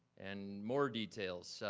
and more details, so